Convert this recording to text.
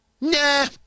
Nah